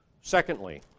Secondly